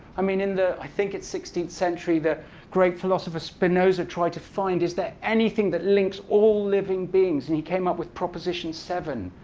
i mean, i think it's sixteenth century, the great philosopher spinoza tried to find is there anything that links all living beings? and he came up with proposition seven.